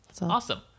Awesome